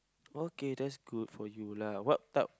okay that's good for you lah what type